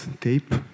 tape